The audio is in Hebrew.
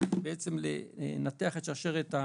לנתח את השרשרת,